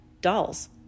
dolls